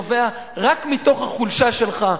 משבר חוקתי שנובע רק מהחולשה שלך,